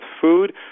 food